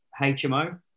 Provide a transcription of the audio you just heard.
HMO